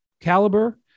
caliber